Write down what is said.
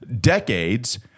decades